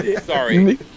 Sorry